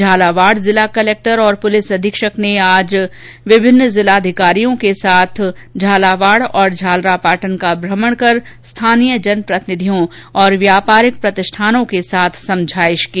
झालावाड़ जिला कलेक्टर और पुलिस अधीक्षक ने आज विभिन्न जिलाधिकारियों ने झालावाड और झालरा पाटन नगरों में भ्रमण कर स्थानीय जन प्रतिनिधियों और व्यापारिक प्रतिष्ठानों के साथ बैठक की